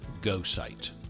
GoSite